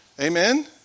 Amen